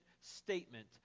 statement